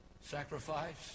sacrifice